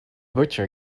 butcher